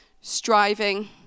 striving